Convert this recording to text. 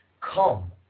come